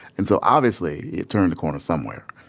and so obviously, he turned a corner somewhere.